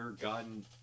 gun